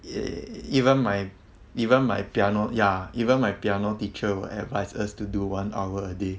e~ even my even my piano ya even my piano teacher will advice us to do one hour a day